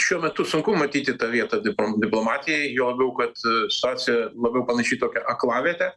šiuo metu sunku matyti tą vietą diplo diplomatijai juo labiau kad situacija labiau panaši į tokią aklavietę